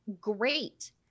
great